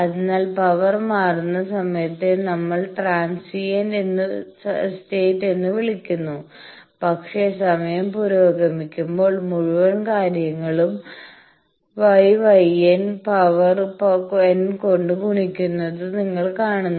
അതിനാൽ പവർ മാറുന്ന സമയത്തെ നമ്മൾ ട്രാൻസിയന്റ് സ്റ്റേറ്റ് എന്ന് വിളിക്കുന്നു പക്ഷേ സമയം പുരോഗമിക്കുമ്പോൾ മുഴുവൻ കാര്യങ്ങളും γ γ n പവർ n കൊണ്ട് ഗുണിക്കുന്നത് നിങ്ങൾ കാണുന്നു